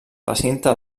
recinte